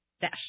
Dash